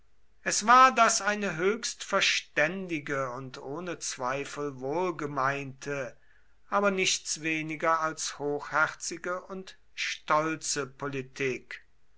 es war das eine höchst verständige und ohne zweifel wohlgemeinte aber nichts weniger als hochherzige und stolze politik